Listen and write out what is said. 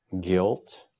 guilt